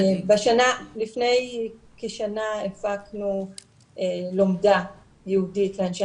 לפני כשנה הפקנו לומדה ייעודית לאנשי